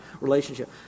relationship